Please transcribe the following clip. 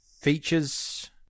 features